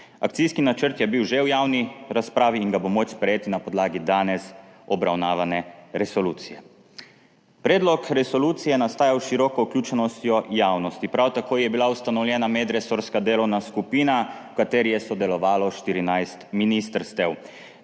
Akcijski načrt je bil že v javni razpravi in ga bo moč sprejeti na podlagi danes obravnavane resolucije. Predlog resolucije je nastajal s široko vključenostjo javnosti. Prav tako je bila ustanovljena medresorska delovna skupina, v kateri je sodelovalo 14 ministrstev.